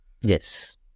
Yes